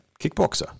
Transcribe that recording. kickboxer